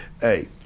Hey